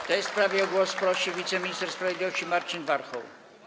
W tej sprawie o głos prosi wiceminister sprawiedliwości Marcin Warchoł.